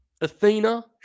Athena